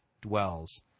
dwells